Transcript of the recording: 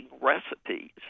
recipes